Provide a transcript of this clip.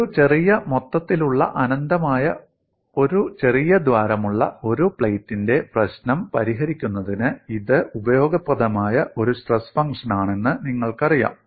ഒരു ചെറിയ മൊത്തത്തിലുള്ള അനന്തമായ ഒരു ചെറിയ ദ്വാരമുള്ള ഒരു പ്ലേറ്റിന്റെ പ്രശ്നം പരിഹരിക്കുന്നതിന് ഇത് ഉപയോഗപ്രദമായ ഒരു സ്ട്രെസ് ഫംഗ്ഷനാണെന്ന് നിങ്ങൾക്കറിയാം